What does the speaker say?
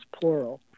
plural